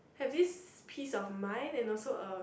have this peace of mind and also uh